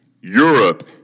Europe